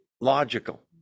logical